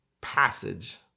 passage